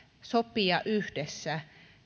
sopia yhdessä